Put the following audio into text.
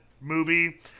movie